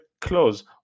close